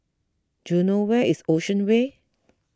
do you know where is Ocean Way